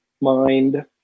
mind